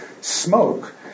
smoke